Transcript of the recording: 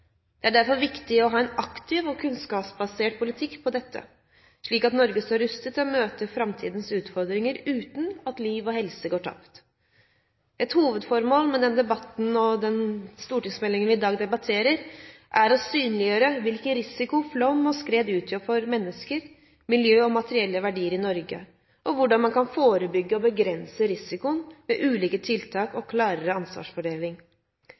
Det er derfor viktig å ha en aktiv og kunnskapsbasert politikk for dette, slik at Norge står rustet til å møte framtidens utfordringer uten at liv og helse går tapt. Et hovedformål med den stortingsmeldingen vi i dag debatterer, er å synliggjøre hvilken risiko flom og skred utgjør for mennesker, miljø og materielle verdier i Norge, og hvordan man kan forebygge og begrense risikoen med ulike tiltak og klarere ansvarsfordeling.